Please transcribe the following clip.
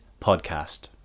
Podcast